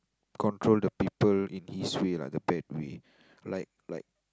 control the people in his way lah the bad way like like